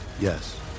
Yes